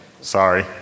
sorry